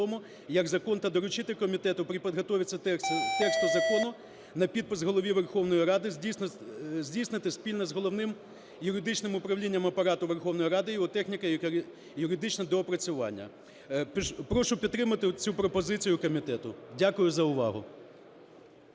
Дякую за увагу.